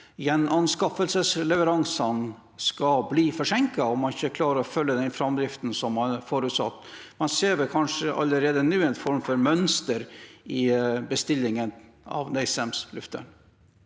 gjenanskaffelsesleveransene skal bli forsinket om man ikke klarer å følge den framdriften man har forutsatt? Man ser kanskje allerede nå en form for mønster i bestillingen av NASAMS luftvern?